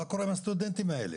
מה קורה עם הסטודנטים האלה?